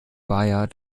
bayer